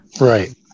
Right